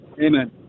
Amen